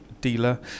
dealer